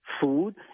food